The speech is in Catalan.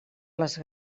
les